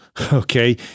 okay